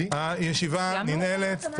הישיבה ננעלת.